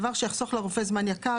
דבר שיחסוך לרופא זמן יקר,